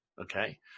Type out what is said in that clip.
okay